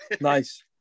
nice